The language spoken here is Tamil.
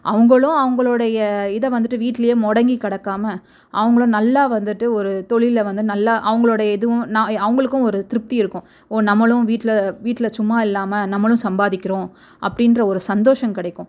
அவங்களும் அவங்களோடைய இதை வந்துட்டு வீட்டிலயே முடங்கி கிடக்காம அவங்கள நல்லா வந்துட்டு ஒரு தொழில்ல வந்து நல்லா அவங்களோடைய இதுவும் நான் அவங்களுக்கும் ஒரு திருப்தி இருக்கும் ஓ நம்மளும் வீட்டில வீட்டில சும்மா இல்லாமல் நம்மளும் சம்பாதிக்கிறோம் அப்படின்ற ஒரு சந்தோஷம் கிடைக்கும்